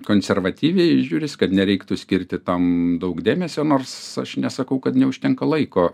konservatyviai žiūris kad nereiktų skirti tam daug dėmesio nors aš nesakau kad neužtenka laiko